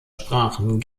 sprachen